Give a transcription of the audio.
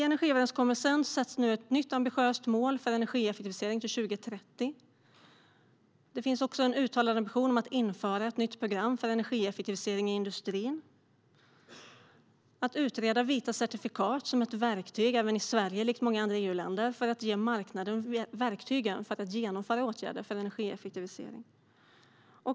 I energiöverenskommelsen sätts nu ett nytt ambitiöst mål för energieffektivisering till 2030. Det finns också en uttalad ambition att införa ett nytt program för energieffektivisering i industrin och utreda vita certifikat som ett verktyg för att även i Sverige, likt i många andra EU-länder, ge marknaden verktygen för att kunna genomföra åtgärder för energieffektiviseringar.